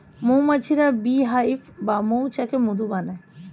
মৌমাছিরা beehive বা মৌচাকে মধু বানায়